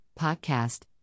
podcast